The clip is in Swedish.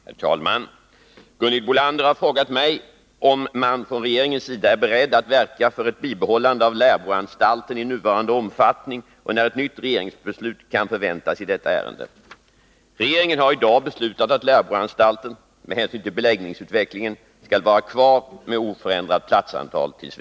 Herr talman! Gunhild Bolander har frågat mig om man från regeringens sida är beredd att verka för ett bibehållande av Lärbroanstalten i nuvarande omfattning och när ett nytt regeringsbeslut kan förväntas i detta ärende. Regeringen har i dag beslutat att Lärbroanstalten — med hänsyn till beläggningsutvecklingen — skall vara kvar med oförändrat platsantal t. v.